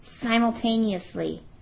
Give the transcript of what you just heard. simultaneously